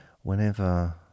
whenever